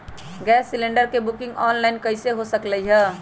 Gas cylinder के booking online कईसे हो सकलई ह?